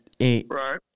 Right